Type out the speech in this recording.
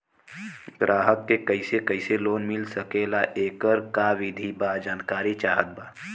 ग्राहक के कैसे कैसे लोन मिल सकेला येकर का विधि बा जानकारी चाहत बा?